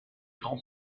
grands